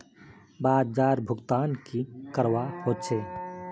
बाजार भुगतान की करवा होचे?